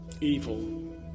evil